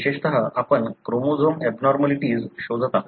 विशेषतः आपण chromosome abnormalities शोधत आहोत